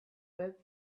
whip